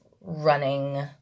running